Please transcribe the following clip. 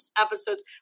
episodes